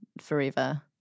forever